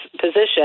position